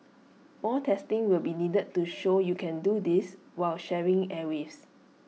more testing will be needed to show you can do this while sharing airwaves